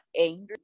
angry